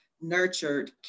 nurtured